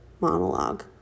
monologue